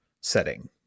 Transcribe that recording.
setting